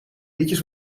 liedjes